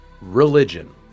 Religion